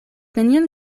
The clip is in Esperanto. nenion